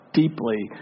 deeply